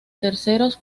terceros